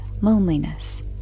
loneliness